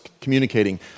communicating